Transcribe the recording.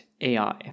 ai